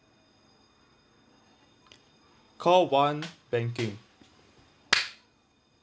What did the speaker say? call one banking